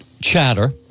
chatter